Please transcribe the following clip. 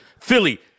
Philly